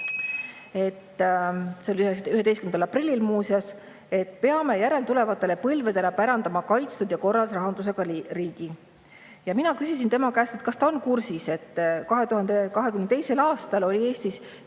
see oli 11. aprillil, muuseas –, et peame järeltulevatele põlvedele pärandama kaitstud ja korras rahandusega riigi. Mina küsisin tema käest, kas ta on kursis, et 2022. aastal oli Eestis